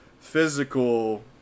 physical